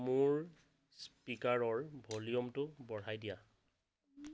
মোৰ স্পীকাৰৰ ভলিউমটো বঢ়াই দিয়া